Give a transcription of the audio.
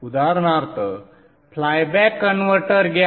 उदाहरणार्थ flyback converter घ्या